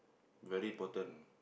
very important